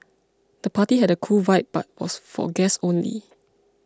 the party had a cool vibe but was for guests only